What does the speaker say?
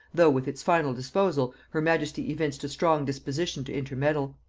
though with its final disposal her majesty evinced a strong disposition to intermeddle.